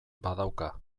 badauka